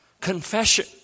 Confession